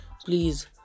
Please